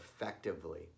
effectively